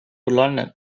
london